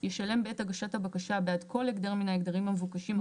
ישלם בעת הגשת הבקשה בעד כל הגדר מן ההגדרים המבוקשים,